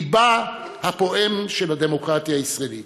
לבה הפועם של הדמוקרטיה הישראלית.